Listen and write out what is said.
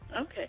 Okay